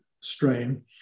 strain